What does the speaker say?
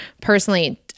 Personally